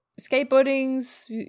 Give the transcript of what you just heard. Skateboarding's